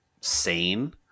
sane